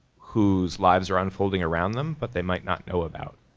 whose lives are unfolding around them but they might not know about.